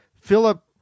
Philip